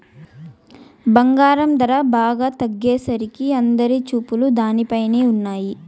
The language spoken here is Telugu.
బంగారం ధర బాగా తగ్గేసరికి అందరి చూపులు దానిపైనే ఉన్నయ్యి